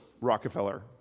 Rockefeller